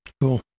Cool